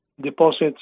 deposits